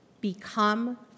become